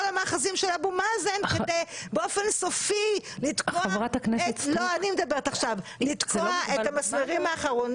המאחזים של אבו מאזן כדי באופן סופי לתקוע את המסמרים האחרונים